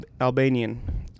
Albanian